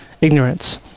ignorance